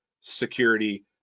security